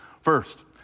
First